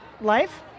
life